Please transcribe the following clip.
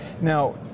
Now